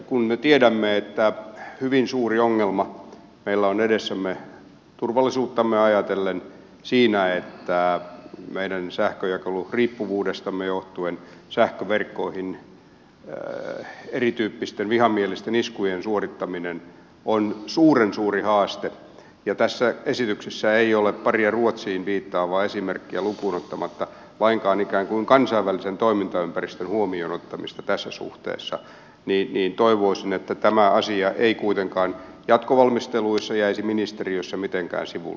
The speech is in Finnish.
kun me tiedämme että hyvin suuri ongelma meillä on edessämme turvallisuuttamme ajatellen siinä että meidän sähkönjakeluriippuvuudestamme johtuen sähköverkkoihin erityyppisten vihamielisten iskujen suorittaminen on suuren suuri haaste ja tässä esityksessä ei ole paria ruotsiin viittaavaa esimerkkiä lukuun ottamatta lainkaan ikään kuin kansainvälisen toimintaympäristön huomioonottamista tässä suhteessa niin toivoisin että tämä asia ei kuitenkaan jatkovalmisteluissa jäisi ministeriössä mitenkään sivulle